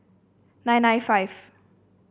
nine nine five